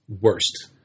worst